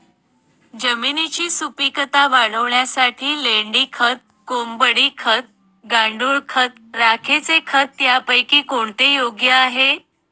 जमिनीची सुपिकता वाढवण्यासाठी लेंडी खत, कोंबडी खत, गांडूळ खत, राखेचे खत यापैकी कोणते योग्य आहे?